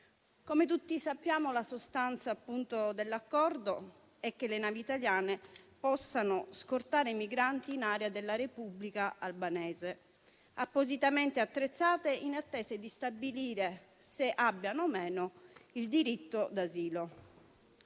Come tutti sappiamo, la sostanza dell'accordo è che le navi italiane possano scortare i migranti in aree della Repubblica albanese appositamente attrezzate, in attesa di stabilire se abbiano o no il diritto d'asilo.